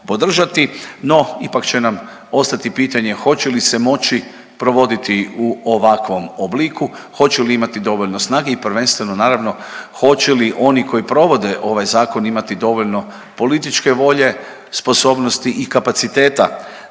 No, ipak će nam ostati pitanje hoće li se moći provoditi u ovakvom obliku, hoće li imati dovoljno snage i prvenstveno naravno hoće li oni koji provode ovaj zakon imati dovoljno političke volje, sposobnosti i kapaciteta